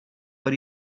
but